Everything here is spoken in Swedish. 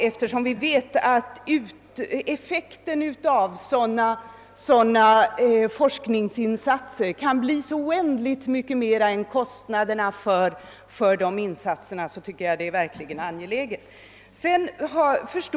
Eftersom vi vet att effekten av sådana forskningsinsatser kan bli så oändligt mycket större än kostnaderna för dessa insatser, tycker jag verkligen att det är angeläget att de görs.